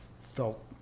felt